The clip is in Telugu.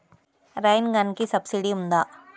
రైన్ గన్కి సబ్సిడీ ఉందా?